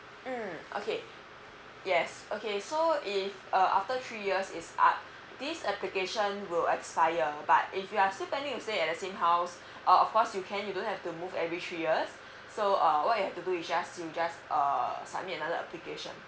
mm okay yes okay so if uh after three years is up this application will expire but if you are still to stay at that the same house uh of course you can you don't have to move every three years so what you have to do is you just you just uh submit another application